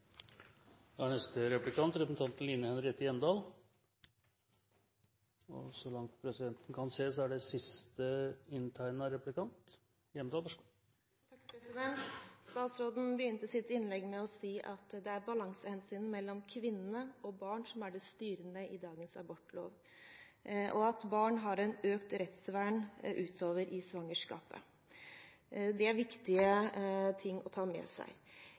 Statsråden begynte sitt innlegg med å si at det er balansehensynet mellom kvinne og barn som er det styrende i dagens abortlov, og at barn har et økt rettsvern utover i svangerskapet. Det er viktige ting å ta med seg.